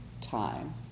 time